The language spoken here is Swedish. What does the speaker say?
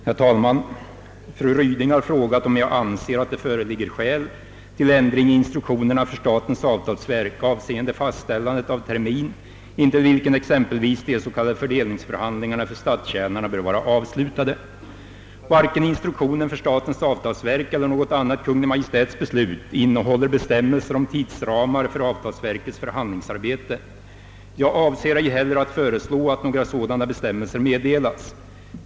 Herr talman! Fru Ryding har frågat om jag anser att det föreligger skäl till ändring i instruktionerna för statens avtalsverk avseende fastställandet av termin intill vilken exempelvis de s.k. fördelningsförhandlingarna för statstjänarna bör vara avslutade. Varken instruktionen för statens avtalsverk eller något annat Kungl. Maj:ts beslut innehåller bestämmelser om tidsramar för avtalsverkets förhandlingsarbete. Jag avser ej heller att föreslå att några sådana bestämmelser meddelas.